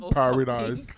paradise